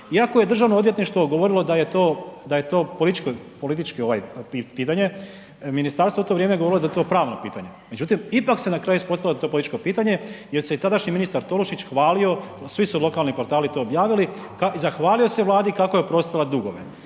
Iako je Državno odvjetništvo govorilo da je to političko pitanje ministarstvo je u to vrijeme govorilo da je to pravno pitanje. Međutim, ipak se na kraju ispostavilo da je to političko pitanje jer se i tadašnji ministar Tolušić hvalio, svi su lokalni portali to objavili i zahvalio se Vladi kako je oprostila dugove.